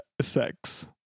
sex